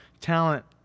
talent